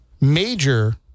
major